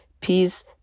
peace